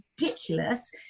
ridiculous